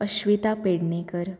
Ashwita Pednekar